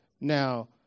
Now